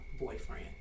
boyfriend